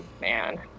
man